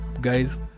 guys